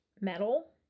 Metal